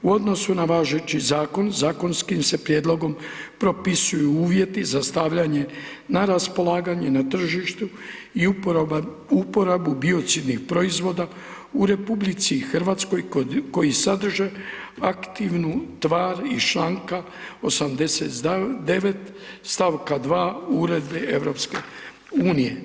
U odnosu na važeći zakon zakonskim se prijedlogom propisuju uvjeti za stavljanje na raspolaganje na tržištu i uporabu biocidnih proizvoda u RH koji sadrže aktivnu tvar iz čl. 89.st. 2. Uredbe EU.